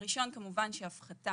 הראשון הוא כמובן הפחתה.